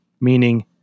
Meaning